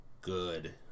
Good